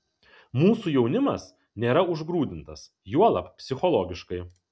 mūsų jaunimas nėra užgrūdintas juolab psichologiškai